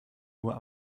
uhr